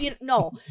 No